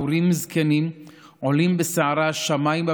בחורים וזקנים עולים בסערה השמיימה